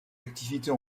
activités